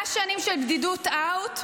"מאה שנים של בדידות" OUT,